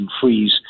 freeze